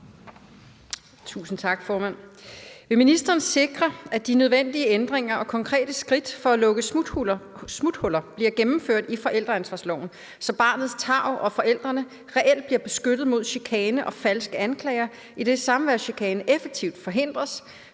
Tusind tak, formand. Vil ministeren sikre, at de nødvendige ændringer og konkrete skridt for at lukke smuthuller bliver gennemført i forældreansvarsloven, så barnets tarv og forældrene reelt bliver beskyttet mod chikane og falske anklager, idet samværschikane effektivt forhindres,